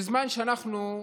בזמן שאנחנו,